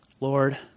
Lord